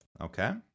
Okay